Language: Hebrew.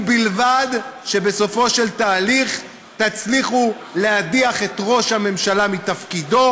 ובלבד שבסופו של התהליך תצליחו להדיח את ראש הממשלה מתפקידו,